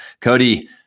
Cody